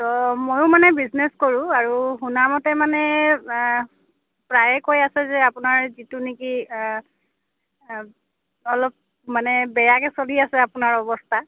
তো মইও মানে বিজনেচ কৰোঁ আৰু শুনামতে মানে প্ৰায়েই কৈ আছে যে আপোনাৰ যিটো নেকি অলপ মানে বেয়াকৈ চলি আছে আপোনাৰ অৱস্থা